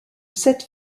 sept